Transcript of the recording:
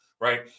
right